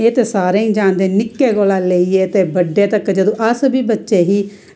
एह् ते सारे जानदे न निक्के कोला लेईयै बड्डे तकर जदूं अस बी बच्चे ही